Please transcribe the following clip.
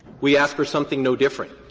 we ask for something no different.